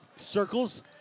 circles